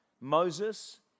Moses